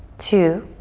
two.